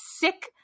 sick